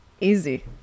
easy